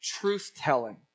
truth-telling